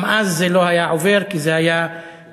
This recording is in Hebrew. גם אז זה לא היה עובר, כי זה היה תיקו.